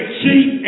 cheap